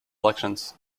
elections